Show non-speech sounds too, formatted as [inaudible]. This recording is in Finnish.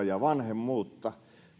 [unintelligible] ja vanhemmuutta